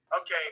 Okay